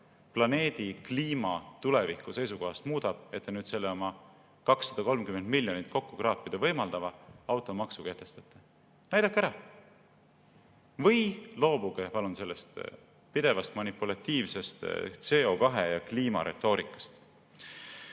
planeedi kliima tuleviku seisukohast muudab, et te selle 230 miljonit kokku kraapida võimaldava automaksu kehtestate. Näidake ära! Või loobuge palun sellest pidevast manipulatiivsest CO2ja kliima retoorikast.